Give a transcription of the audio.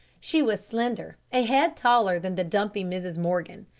she was slender, a head taller than the dumpy mrs. morgan.